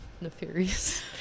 nefarious